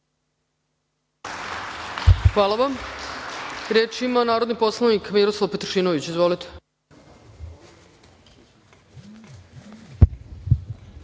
Hvala vam. Reč ima narodni poslanik Miroslav Petrašinović. Izvolite.